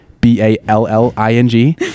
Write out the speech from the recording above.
B-A-L-L-I-N-G